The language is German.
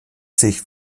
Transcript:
sich